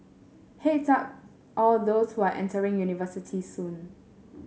head's up all those who are entering university soon